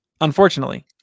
unfortunately